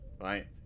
right